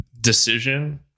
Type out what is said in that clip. decision